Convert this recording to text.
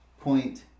Point